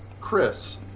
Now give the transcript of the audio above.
Chris